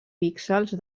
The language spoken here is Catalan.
píxels